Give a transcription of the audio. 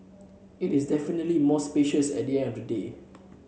it is definitely more spacious at the end of the day